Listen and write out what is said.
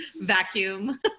vacuum